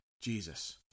jesus